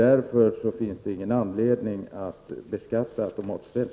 Därför finns det ingen anledning att beskatta automatspel.